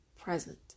present